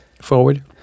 forward